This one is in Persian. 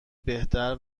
بهتر